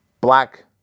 black